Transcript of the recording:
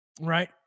right